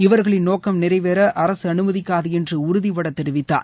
இவர்களின் நோக்கம் நிறைவேற அரசு அனுமதிக்காது என்று உறுதிபட தெரிவித்தார்